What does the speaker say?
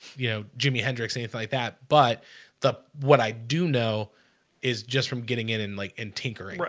you know, jimi hendrix anything like that but the what i do know is just from getting in and like in tinkering, but